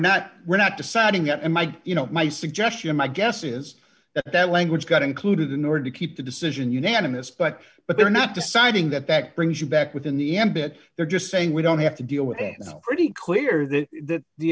not we're not deciding that and mike you know my suggestion my guess is that language got included in order to keep the decision unanimous but but they're not deciding that that brings you back within the ambit they're just saying we don't have to deal with it is pretty clear that th